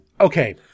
okay